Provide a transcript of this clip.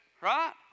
Right